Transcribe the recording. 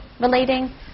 relating